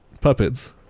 Puppets